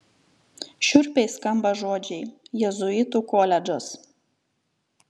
šiurpiai skamba žodžiai jėzuitų koledžas